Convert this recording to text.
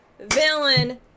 Villain